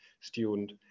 student